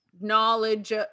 knowledge